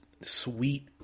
sweet